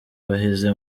baheze